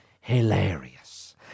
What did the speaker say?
hilarious